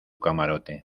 camarote